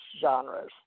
genres